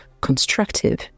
constructive